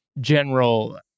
general